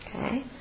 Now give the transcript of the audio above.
okay